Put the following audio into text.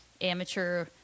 amateur